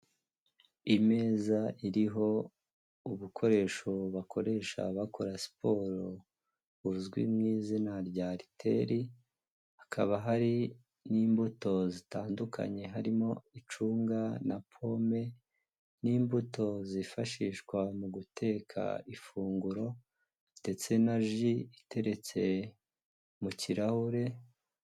Imeza iriho ibikoresho bakoresha bakora siporo uzwi mu izina ry'ariteri, hakaba hari n'imbuto zitandukanye harimo icunga na pome n'imbuto zifashishwa mu guteka ifunguro ndetse na ji iteretse mu kirahure.